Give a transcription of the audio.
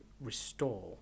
restore